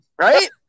Right